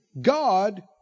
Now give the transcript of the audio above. God